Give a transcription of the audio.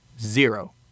Zero